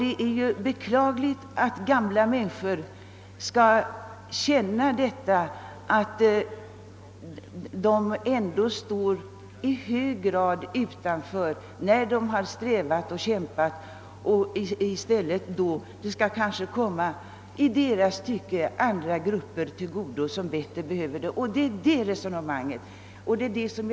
Det är beklagligt att gamla människor skall behöva känna att de i hög grad står utanför standardutvecklingen, trots att de fått sträva och kämpa under sina aktiva år och att resultatet härav nu kommer andra grupper till godo. Jag ber herr statsrådet tro mig när jag säger att det är rättvisekrav som ligger bakom vår inställning.